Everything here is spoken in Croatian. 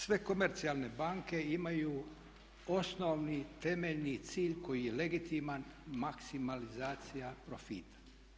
Sve komercijalne banke imaju osnovni temeljni cilj koji je legitiman maksimalizacija profita.